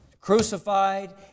crucified